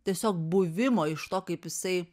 tiesiog buvimo iš to kaip jisai